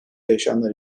yaşayanlar